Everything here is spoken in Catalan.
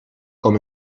com